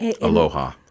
aloha